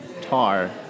Tar